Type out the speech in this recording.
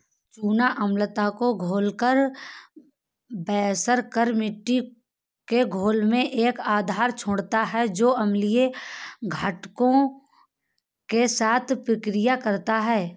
चूना अम्लता को घोलकर बेअसर कर मिट्टी के घोल में एक आधार छोड़ता है जो अम्लीय घटकों के साथ प्रतिक्रिया करता है